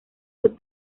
sus